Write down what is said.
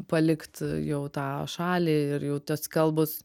palikt jau tą šalį ir jau tos kalbos